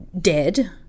dead